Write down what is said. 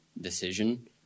decision